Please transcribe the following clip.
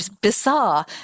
bizarre